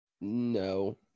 No